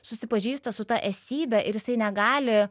susipažįsta su ta esybe ir jisai negali